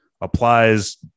applies